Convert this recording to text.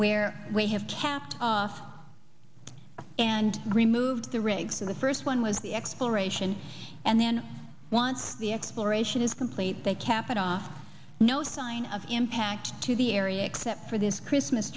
where they have capped off and removed the rigs in the first one was the exploration and then once the exploration is complete they cap it off no sign of impact to the area except for this christmas